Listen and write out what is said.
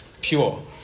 pure